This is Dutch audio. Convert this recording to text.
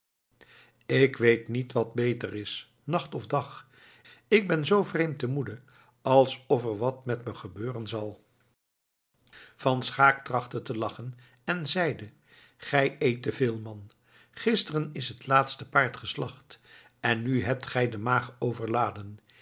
ik weet niet wat beter is nacht of dag ik ben zoo vreemd te moede alsof er wat met me gebeuren zal van schaeck trachtte te lachen en zeide gij eet te veel man gisteren is het laatste paard geslacht en nu hebt gij de maag overladen